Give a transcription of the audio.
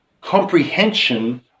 comprehension